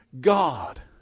god